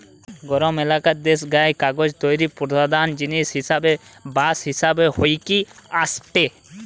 গরম এলাকার দেশগায় কাগজ তৈরির প্রধান জিনিস হিসাবে বাঁশ ব্যবহার হইকি আসেটে